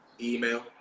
email